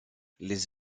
les